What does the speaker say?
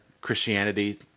Christianity